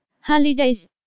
Holidays